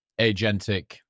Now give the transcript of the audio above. agentic